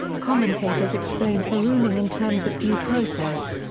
commentators explained the ruling in terms of due process.